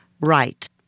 Right